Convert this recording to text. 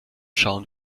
schauen